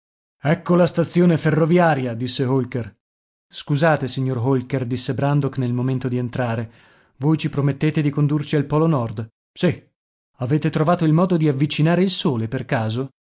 ecco la stazione ferroviaria disse holker scusate signor holker disse brandok nel momento di entrare voi ci promettete di condurci al polo nord sì avete trovato il modo di avvicinare il sole per caso